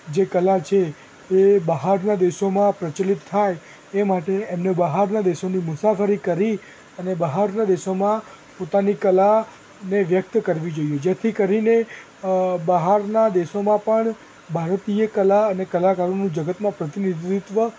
જે કળા છે એ બહારના દેશોમાં પ્રચલિત થાય એ માટે એમને બહારના દેશોની મુસાફરી કરી અને બહારના દેશોમાં પોતાની કલાને વ્યકત કરવી જોઈએ જેથી કરીને અ બહારના દેશોમાં પણ ભારતીય કલા અને કલાકારોનું જગતમાં પ્રતિનિધિત્ત્વ